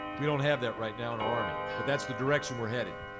we don't have that right now in our army. but that's the direction we're headed.